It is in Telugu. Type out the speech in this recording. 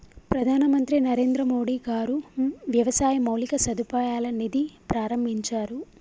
ప్రధాన మంత్రి నరేంద్రమోడీ గారు వ్యవసాయ మౌలిక సదుపాయాల నిధి ప్రాభించారు